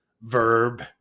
verb